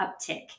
uptick